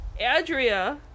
Adria